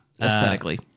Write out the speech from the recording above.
aesthetically